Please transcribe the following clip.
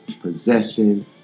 possession